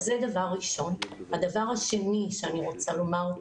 הדבר השני שאני רוצה לומר.